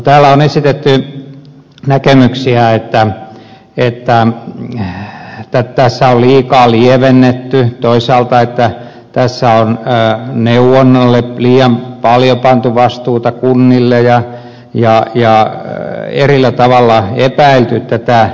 täällä on esitetty näkemyksiä että tässä on liikaa lievennetty että tässä on toisaalta liian paljon pantu vastuuta neuvonnalle kunnille ja eri tavoilla epäilty tätäkin lainsäädäntöä